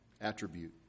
attribute